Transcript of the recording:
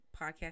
podcast